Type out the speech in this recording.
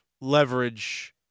leverage